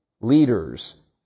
leaders